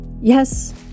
yes